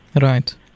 Right